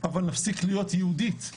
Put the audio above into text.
בוא נגיד ככה,